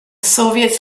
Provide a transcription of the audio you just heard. soviets